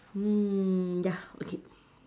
mm ya okay